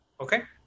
Okay